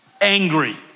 angry